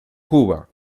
cuba